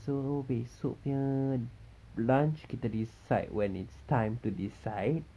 so besok punya lunch kita decide when it's time to decide